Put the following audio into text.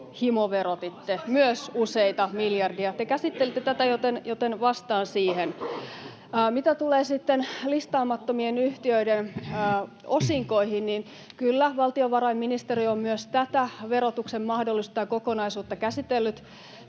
Vastaisitteko kysymykseen!] — Te käsittelitte tätä, joten vastaan siihen. Mitä tulee sitten listaamattomien yhtiöiden osinkoihin, niin kyllä, valtiovarainministeri on myös tätä verotuksen mahdollisuutta ja kokonaisuutta käsitellyt,